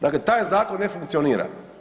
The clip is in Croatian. Dakle, taj zakon ne funkcionira.